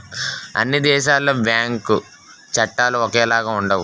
అన్ని దేశాలలో బ్యాంకు చట్టాలు ఒకేలాగా ఉండవు